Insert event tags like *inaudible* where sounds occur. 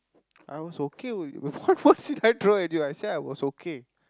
I was okay with you *laughs* what what did I throw at you I said I was okay